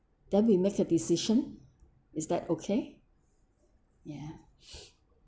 then we make a decision is that okay ya